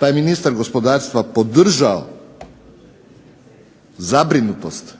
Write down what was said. Pa je ministar gospodarstva podržao zabrinutost